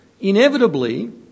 inevitably